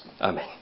Amen